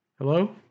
Hello